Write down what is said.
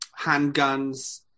handguns